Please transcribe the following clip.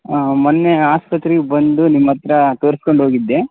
ಮೊನ್ನೆ ಆಸ್ಪತ್ರೆಗೆ ಬಂದು ನಿಮ್ಮ ಹತ್ತಿರ ತೋರ್ಸ್ಕೊಂಡು ಹೋಗಿದ್ದೆ